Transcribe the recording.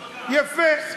יפה.